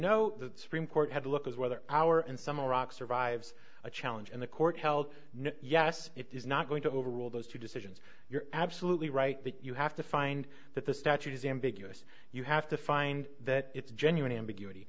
know the supreme court had to look as whether our in some rock survives a challenge in the court held no yes it is not going to overrule those two decisions you're absolutely right that you have to find that the statute is ambiguous you have to find that it's genuine ambiguity